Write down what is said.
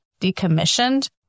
decommissioned